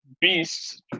beasts